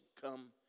Come